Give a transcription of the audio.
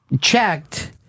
checked